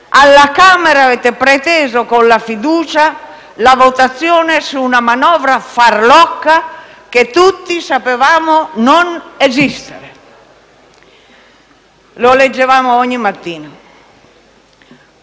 Alla Camera avete preteso, con la fiducia, la votazione su una manovra farlocca che tutti sapevamo non esistere (lo leggevano ogni mattina).